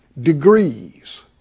degrees